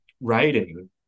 writing